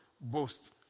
Boast